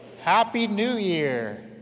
happy new year!